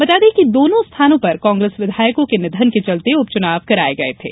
बता दें कि दोनों स्थानों पर कांग्रेस विधायकों के निधन के चलते उपचुनाव कराए गए थे